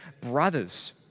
brothers